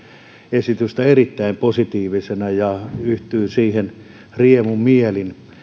esitystä erittäin positiivisena ja yhtyy siihen riemumielin